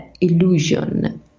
illusion